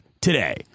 today